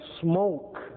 smoke